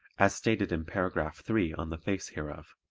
as stated in paragraph three on the face hereof.